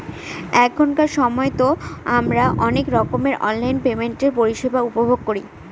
এখনকার সময়তো আমারা অনেক রকমের অনলাইন পেমেন্টের পরিষেবা উপভোগ করি